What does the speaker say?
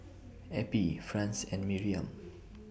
Eppie Franz and Miriam